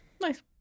Nice